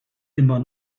immer